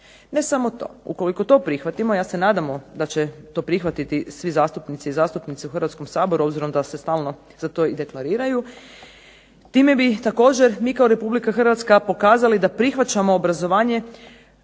Ne samo to, ukoliko to prihvatimo, a ja se nadam da će to prihvatiti svi zastupnici i zastupnice u Hrvatskom saboru, a obzirom da se stalno za to i deklariraju, time bi također mi kao RH pokazali da prihvaćamo obrazovanje